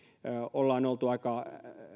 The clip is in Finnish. ollaan oltu aika